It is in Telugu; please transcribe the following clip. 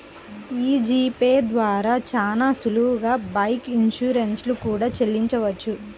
యీ జీ పే ద్వారా చానా సులువుగా బైక్ ఇన్సూరెన్స్ లు కూడా చెల్లించొచ్చు